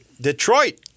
Detroit